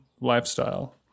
lifestyle